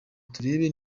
turebe